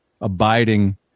abiding